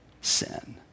sin